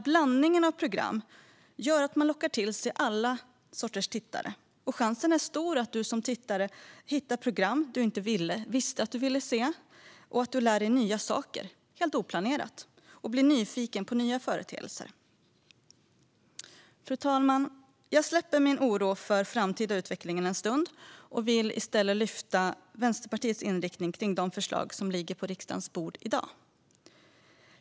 Blandningen av program gör att man lockar till sig alla sorters tittare, och chansen är stor att tittarna hittar program de inte visste att de ville se och att de då lär sig nya saker helt oplanerat och blir nyfikna på nya företeelser. Fru talman! Jag släpper min oro för den framtida utvecklingen en stund och ska i stället lyfta fram Vänsterpartiets inriktning för de förslag som ligger på riksdagens bord i dag.